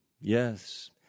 yes